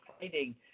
fighting